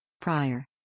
Prior